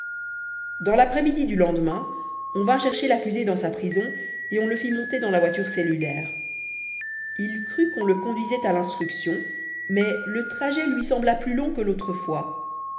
dans l'après-midi du lendemain on vint chercher l'accusé dans sa prison et on le fit monter dans la voiture cellulaire il crut qu'on le conduisait à l'instruction mais le trajet lui sembla plus long que l'autre fois